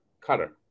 cutter